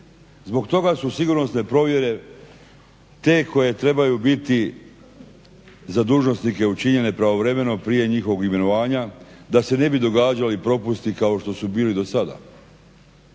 Zbog toga su sigurnosne provjere te koje trebaju biti za dužnosnike učinjene pravovremeno prije njihovog imenovanja da se ne bi događali propusti kao što su bili do sada.